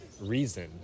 reason